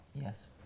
Yes